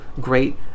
great